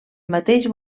mateix